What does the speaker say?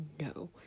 no